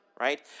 right